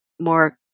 more